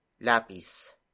lapis